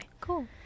cool